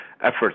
efforts